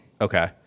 okay